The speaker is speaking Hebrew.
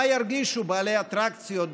מה ירגישו בעלי אטרקציות,